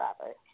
Robert